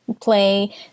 play